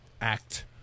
act